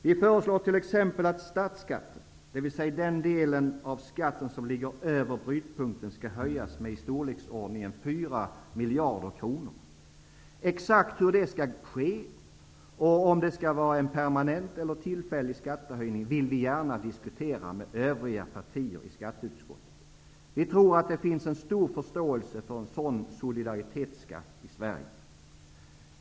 Vi föreslår t.ex. att statsskatten, dvs. den delen av skatten som ligger över brytpunkten, skall höjas med i storleksordningen fyra miljarder kroner. Exakt hur det skall ske och om det skall vara en permanent eller tillfällig skattehöjning vill vi gärna diskutera med övriga partier i skatteutskottet. Vi tror att det finns en stor förståelse för en sådan solidaritetsskatt i Sverige.